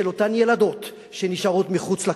של אותן ילדות שנשארות מחוץ לכותל,